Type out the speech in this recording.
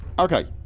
okay